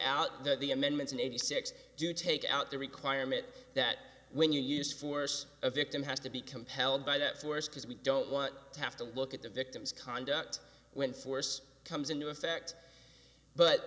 out the amendments in eighty six to take out the requirement that when you use force a victim has to be compelled by that's worse because we don't want to have to look at the victim's conduct when force comes into effect but